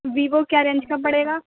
Vivo کیا range کا پڑے گا